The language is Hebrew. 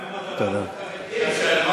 מה עם הדרת החרדים?